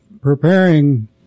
preparing